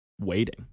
Waiting